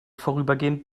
vorübergehend